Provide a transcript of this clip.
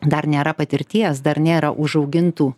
dar nėra patirties dar nėra užaugintų